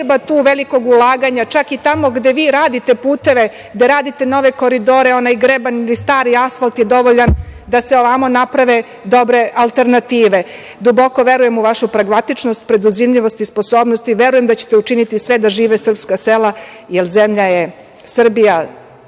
treba tu velikog ulaganja, čak i tamo gde vi radite puteve, gde radite nove koridore, onaj greban stari asfalt je dovoljan da se ovamo naprave dobre alternative. Duboko verujem u vašu pragmatičnost, preduzimljivost i sposobnost i verujem da ćete učiniti sve da žive srpska sela, jer zemlja Srbija